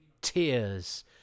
tears